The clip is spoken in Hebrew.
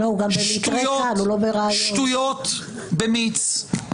שטויות במיץ,